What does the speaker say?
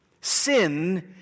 Sin